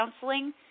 counseling